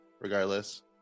regardless